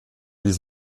ließ